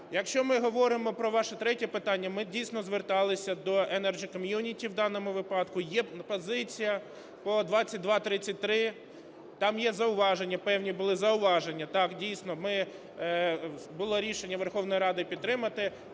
Якщо ми говоримо про ваше третє питання, ми, дійсно, зверталися до Energy Community. В даному випадку є позиція по 2233, там є зауваження, певні були зауваження. Так, дійсно, було рішення Верховної Ради підтримати,